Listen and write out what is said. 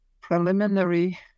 preliminary